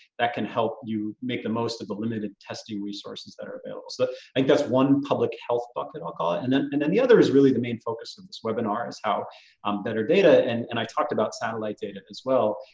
that can help you make the most of the limited testing resources that are available. so i think that's one public health bucket i'll call and then and then the other is really the main focus of this webinar, is how to um better data. and and i talked about satellite data as well,